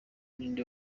ninde